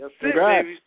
Congrats